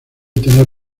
tener